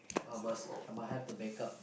ah must I must have the backup